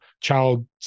child